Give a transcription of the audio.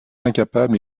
incapable